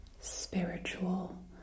Spiritual